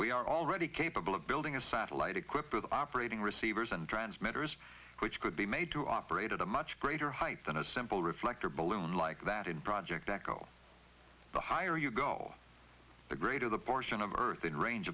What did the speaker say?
we are already capable of building satellite equipped with operating receivers and transmitters which could be made to operate at a much greater height than a simple reflector balloon like that in project echo the higher you go the greater the portion of earth in range